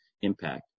impact